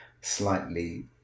slightly